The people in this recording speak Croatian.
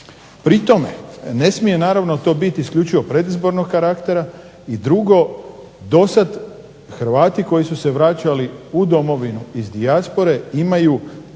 Pri tome ne smije naravno to biti isključivo predizbornog karaktera i drugo, dosad Hrvati koji su se vraćali u Domovinu iz dijaspore imaju